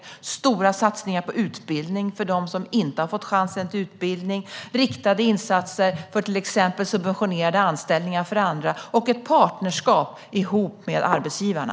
Vi gör stora satsningar på utbildning för dem som inte har fått chansen till utbildning, på riktade insatser för subventionerade anställningar för andra och på ett partnerskap ihop med arbetsgivarna.